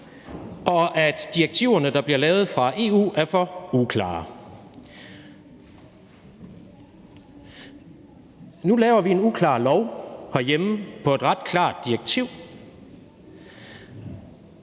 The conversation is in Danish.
og at de direktiver, der bliver lavet i EU, er for uklare. Nu laver vi en uklar lov herhjemme på baggrund af et ret klart direktiv,